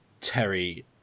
Terry